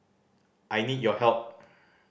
I need your help